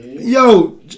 Yo